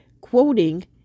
quoting